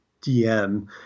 DM